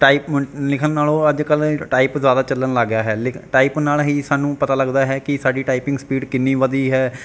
type ਲਿਖਣ ਨਾਲੋਂ ਅੱਜ ਕੱਲ ਟਾਈਪ ਜ਼ਿਆਦਾ ਚੱਲਣ ਲੱਗ ਗਿਆ ਹੈ ਲਿਖ ਟਾਈਪ ਨਾਲ ਹੀ ਸਾਨੂੰ ਪਤਾ ਲੱਗਦਾ ਹੈ ਕਿ ਸਾਡੀ ਟਾਈਪਿੰਗ ਸਪੀਡ ਕਿੰਨੀ ਵਧੀ ਹੈ